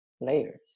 layers